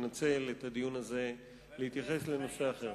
אני רוצה לנצל את הדיון הזה ולהתייחס לנושא אחר.